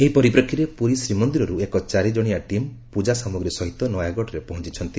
ଏହି ପରିପ୍ରେକ୍ଷୀରେ ପୁରୀ ଶ୍ରୀ ମନ୍ଦିରରୁ ଏକ ଚାରି ଜଣିଆ ଟିମ୍ ପୂଜା ସାମଗ୍ରୀ ସହିତ ନୟାଗଡ଼ରେ ପହଞ୍ଚିଛନ୍ତି